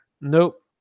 nope